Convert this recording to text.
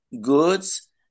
goods